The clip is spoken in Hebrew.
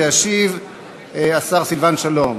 וישיב השר סילבן שלום.